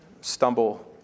stumble